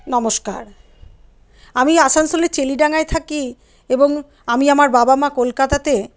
নমস্কার আমি আসানসোলে চেলিডাঙায় থাকি এবং আমি আমার বাবা মা কলকাতাতে